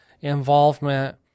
involvement